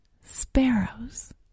sparrows